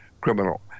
criminal